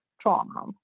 trauma